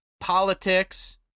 politics